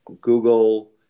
Google